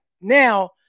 now